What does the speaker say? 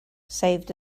saved